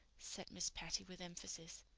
said miss patty with emphasis.